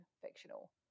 fictional